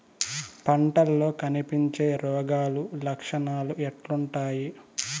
పంటల్లో కనిపించే రోగాలు లక్షణాలు ఎట్లుంటాయి?